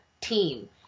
team